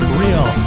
real